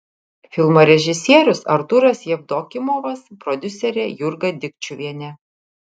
filmo režisierius artūras jevdokimovas prodiuserė jurga dikčiuvienė